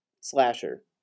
slasher